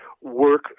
work